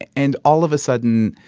and all of a sudden,